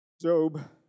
Job